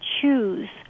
choose